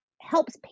helps